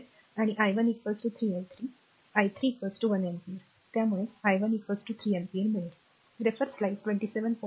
आणि i 1 3 i 3 i 3 1 ampere त्यामुळे i 1 3 ampere